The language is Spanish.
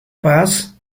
paz